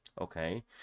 Okay